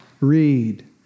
read